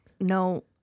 No